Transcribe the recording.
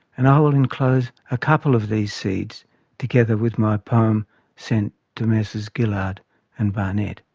and i will enclose a couple of these seeds together with my poem sent to messrs gillard and barnett.